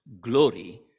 glory